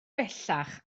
bellach